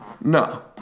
No